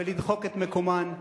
ולדחוק את מקומן,